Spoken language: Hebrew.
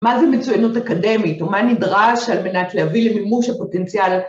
מה זה מצוינות אקדמית, או מה נדרש על מנת להביא למימוש הפוטנציאל?